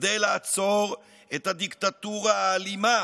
כדי לעצור את הדיקטטורה האלימה